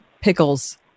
pickles